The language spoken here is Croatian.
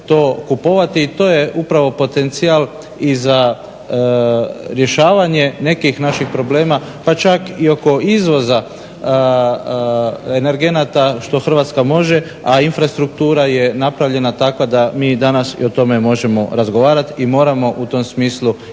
to je upravo potencijal i za rješavanje nekih naših problema pa čak i oko izvoza energenata što Hrvatska može, a infrastruktura je napravljena takva da mi danas o tome možemo razgovarati i moramo u tom smislu i dalje